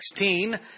2016